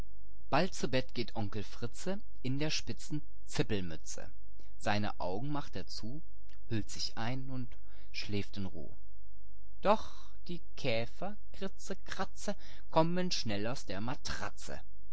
bald zu bett geht onkel fritze in der spitzen zippelmütze seine augen macht er zu hüllt sich ein und schläft in ruh illustration und schläft in ruh illustration die käfer doch die käfer kritze kratze kommen schnell aus der matratze